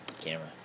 camera